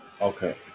Okay